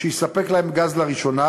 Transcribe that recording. שיספק להם גז לראשונה,